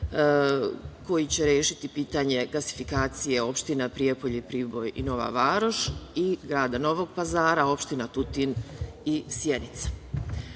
koji će rešiti pitanje gasifikacije opština Prijepolje, Priboj i Nova Varoš i grada Novog Pazara, opštine Tutin i Sjenica. Ova